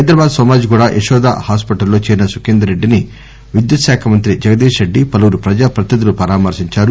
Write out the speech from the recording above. Hyderabad Somajiguda Yashoda hospital లో చేరిన సుఖేందర్ రెడ్డి ని విద్యుత్ శాఖ మంత్రి జగదీష్ రెడ్డి పలువురు ప్రజా ప్రతినిధులు పరామర్పించారు